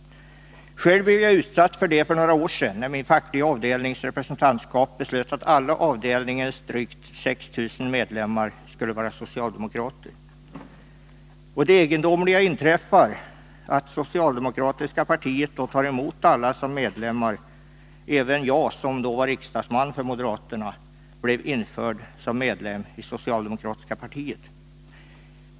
Själv blev jag utsatt för detta för några år sedan, när min fackliga avdelnings representantskap beslöt att alla avdelningens drygt 6 000 medlemmar skulle vara socialdemokrater. Det egendomliga är att det socialdemokratiska partiet tar emot alla dessa människor som medlemmar. Även jag, som då var riksdagsman för moderaterna, blev införd som medlem i det socialdemokratiska partiet.